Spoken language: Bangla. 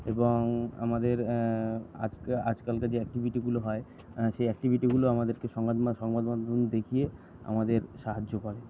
এবং আমাদের আজকে আজকালকার যে অ্যাক্টিভিটিগুলো হয় সেই অ্যাক্টিভিটিগুলো আমাদেরকে সংবাদমা সংবাদমাধ্যম দেখিয়ে আমাদের সাহায্য করে